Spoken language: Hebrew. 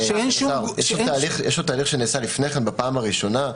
יש תהליך שנעשה לפני כן, בפעם הראשונה.